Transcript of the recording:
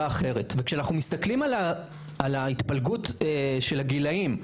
אחרת?׳ וכשאנחנו מסתכלים על ההתפלגות של הגילאים,